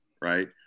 right